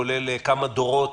כולל כמה דורות,